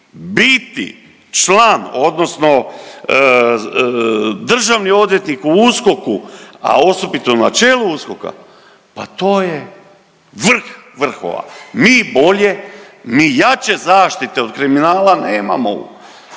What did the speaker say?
biti član odnosno državni odvjetnik u USKOK-u, a osobito na čelu USKOK-a pa to je vrh vrhova. Mi bolje, mi jače zaštite od kriminala nemamo.